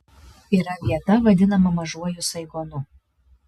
yra vieta vadinama mažuoju saigonu